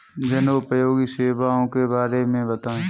जनोपयोगी सेवाओं के बारे में बताएँ?